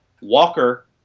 Walker